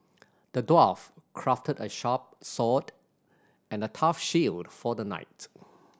the dwarf crafted a sharp and a tough shield for the knight